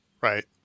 Right